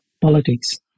politics